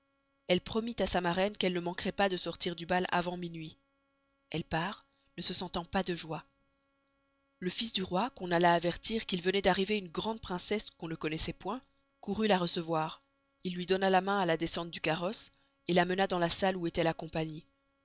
elle promit à sa maraine qu'elle ne manqueroit pas de sortir du bal avant minuit elle part ne se sentant pas de joye le fils du roi qu'on alla avertir qu'il venoit d'arriver une grande princesse qu'on ne connoissoit point courut la recevoir il luy donna la main à la descente du carosse la mena dans la salle où estoit la compagnie